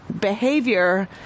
behavior